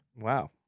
Wow